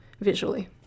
visually